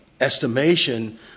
estimation